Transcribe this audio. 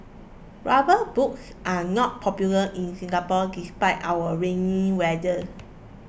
rubber boots are not popular in Singapore despite our rainy weather